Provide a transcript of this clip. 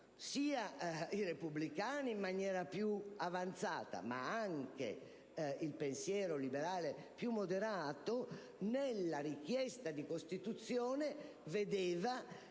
dai repubblicani in modo più avanzato, ma anche dal pensiero liberale più moderato, nella richiesta di Costituzione, erano